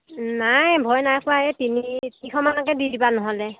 নাই ভয় নাই খোৱা এই তিনি তিনিশমানকৈ দি দিবা নহ'লে